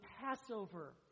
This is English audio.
Passover